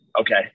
Okay